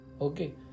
Okay